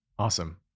Awesome